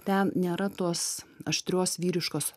ten nėra tos aštrios vyriškos